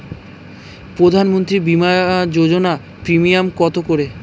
প্রধানমন্ত্রী বিমা যোজনা প্রিমিয়াম কত করে?